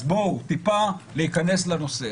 אז בואו, טיפה להיכנס לנושא.